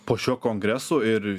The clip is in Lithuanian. po šio kongreso ir